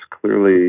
clearly